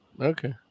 Okay